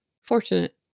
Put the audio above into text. fortunate